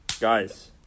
Guys